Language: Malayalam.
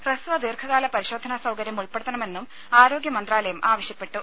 ഹ്രസ്വ ദീർഘകാല പരിശോധനാ സൌകര്യം ഉൾപ്പെടുത്തണമെന്നും ആരോഗ്യ മന്ത്രാലയം ആവശ്യപ്പെട്ടു